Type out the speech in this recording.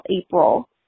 April